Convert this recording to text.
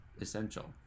essential